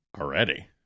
Already